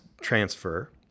transfer